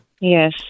yes